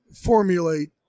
formulate